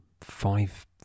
five